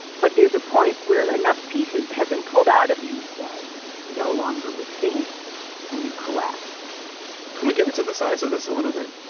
but there's a point where enough pieces have been pulled out of you that can no longer withstand and you collapse can we get into the science of this a little bit?